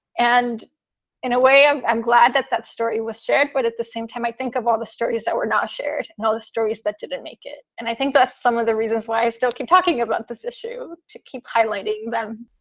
and in a way, i'm i'm glad that that story was shared. but at the same time, i think of all the stories that were not shared, not the stories that didn't make it. and i think that's some of the reasons why i still keep talking about this issue, to keep highlighting them